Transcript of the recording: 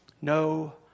No